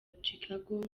chicago